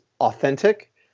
authentic